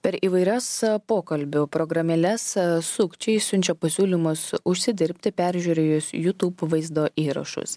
per įvairias pokalbių programėles sukčiai siunčia pasiūlymus užsidirbti peržiūrėjus jutūb vaizdo įrašus